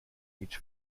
each